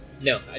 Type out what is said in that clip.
no